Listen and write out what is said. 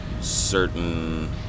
certain